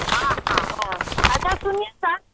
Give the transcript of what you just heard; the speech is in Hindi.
हाँ हाँ हाँ अच्छा सुनिए सर